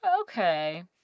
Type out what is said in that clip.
okay